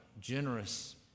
generous